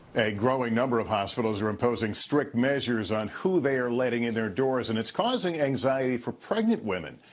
a growing number of hospitals are imposing strict measures on who they are letting in their doors and it's causing anxiety for pregnant women.